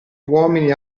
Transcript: uomini